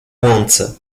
łące